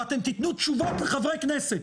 ואתם תתנו תשובות חברי כנסת,